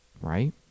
right